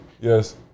Yes